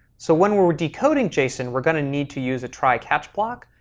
so when we're we're decoding json, we're going to need to use a try, catch block,